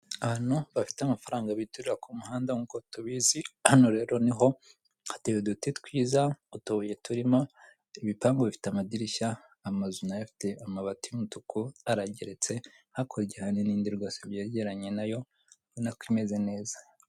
Abantu bafite amafaranga biturira ku muhanda nkuko tubizi, hano rero niho, hateye uduti twiza, utubuye turimo, ibipangu bifite amadirishya, amazu na yo afite amabati y'umutuku arageretse, hakurya hari n'indi rwose byegeranye na yo ubona ko imeze neza.